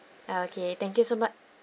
okay thank you so much